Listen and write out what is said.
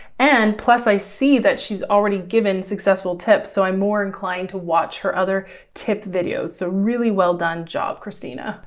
and plus i see that she's already given successful tips. so i'm more inclined to watch her other tip videos. so really well done job, kristina.